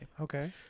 Okay